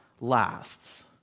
lasts